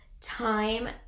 time